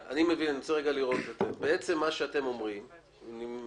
בעצם אתם אומרים שגם